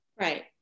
Right